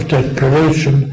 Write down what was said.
Declaration